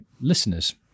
listeners